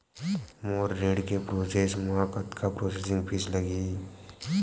मोर ऋण के प्रोसेस म कतका प्रोसेसिंग फीस लगही?